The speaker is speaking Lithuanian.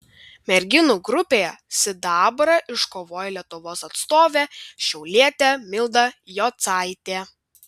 merginų grupėje sidabrą iškovojo lietuvos atstovė šiaulietė milda jocaitė